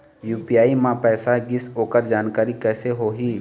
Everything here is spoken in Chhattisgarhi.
यू.पी.आई म पैसा गिस ओकर जानकारी कइसे होही?